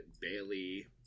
Bailey